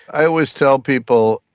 i always tell people,